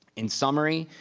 in summary,